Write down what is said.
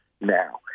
now